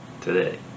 today